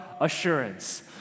assurance